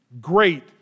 great